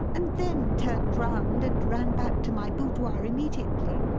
and then turned round and ran back to my boudoir immediately.